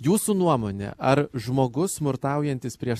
jūsų nuomone ar žmogus smurtaujantis prieš